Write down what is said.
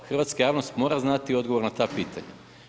Hrvatska javnost mora znati odgovor na ta pitanja.